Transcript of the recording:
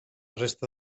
resta